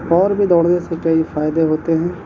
اور بھی دوڑنے سے کئی فائدے ہوتے ہیں